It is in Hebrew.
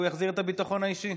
והוא יחזיר את הביטחון האישי.